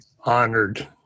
honored